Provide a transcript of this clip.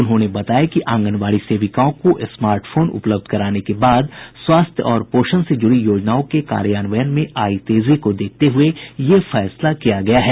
उन्होंने बताया कि आंगनबाड़ी सेविकाओं को स्मार्ट फोन उपलब्ध कराने के बाद स्वास्थ्य और पोषण से जुड़ी योजनाओं के कार्यान्वयन में आयी तेजी को देखते हुए यह फैसला किया गया है